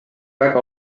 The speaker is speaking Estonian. väga